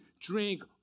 drink